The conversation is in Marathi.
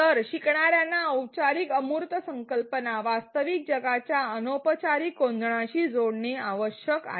तर शिकणार्यांना औपचारिक अमूर्त संकल्पना वास्तविक जगाच्या अनौपचारिक कोंदणाशी जोडणे आवश्यक आहे